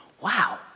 Wow